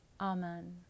Amen